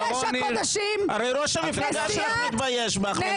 הרי ראש המפלגה שלך מתבייש בך.